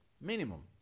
Minimum